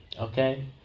Okay